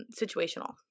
situational